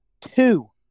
two